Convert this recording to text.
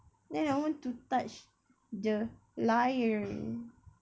then I want to touch the lion